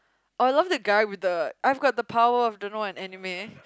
I love the guy with the I've got the power of don't know an anime